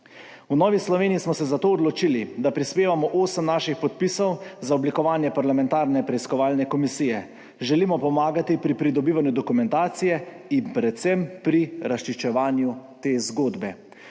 V Novi Sloveniji smo se zato odločili, da prispevamo osem naših podpisov za oblikovanje parlamentarne preiskovalne komisije. Želimo pomagati pri pridobivanju dokumentacije in predvsem pri razčiščevanju te zgodbe.